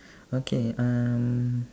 okay um